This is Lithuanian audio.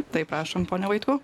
tai prašom pone vaitkau